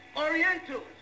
Orientals